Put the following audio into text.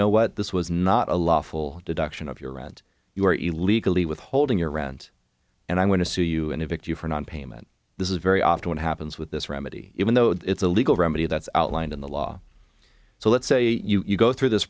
know what this was not a lawful deduction of your rent you were illegally withholding your rent and i'm going to sue you and evict you for nonpayment this is very often what happens with this remedy even though it's a legal remedy that's outlined in the law so let's say you go through this